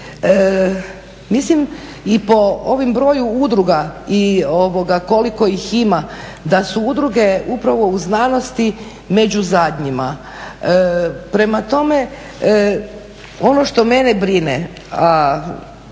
Mislim i po ovom broju udruga i ovoga koliko ih ima da su udruge upravo u znanosti među zadnjima. Prema tome, ono što mene brine,